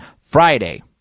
Friday